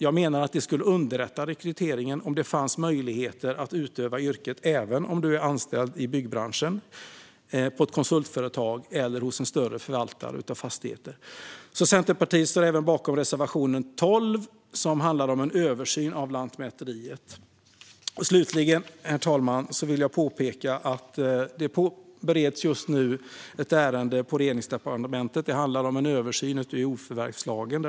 Jag menar att det skulle underlätta rekryteringen om det fanns möjligheter att utöva yrket även om man är anställd i byggbranschen, på konsultföretag eller hos en större förvaltare av fastigheter. Centerpartiet står även bakom reservationen 12 om en översyn av Lantmäteriet. Herr talman! Slutligen vill jag påpeka att det just nu bereds ett ärende på Regeringskansliet som handlar om en översyn av jordförvärvslagen.